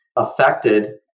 affected